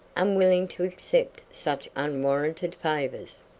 unwilling to accept such unwarranted favors.